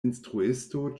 instruisto